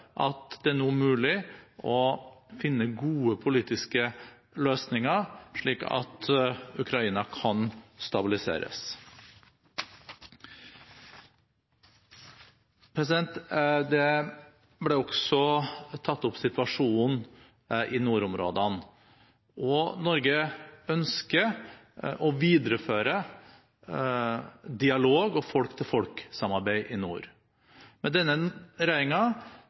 at det nå er mulig å finne gode politiske løsninger slik at Ukraina kan stabiliseres. Situasjonen i nordområdene ble også tatt opp. Norge ønsker å videreføre dialog og folk-til-folk-samarbeid i nord. Med denne